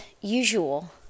usual